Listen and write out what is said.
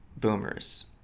boomers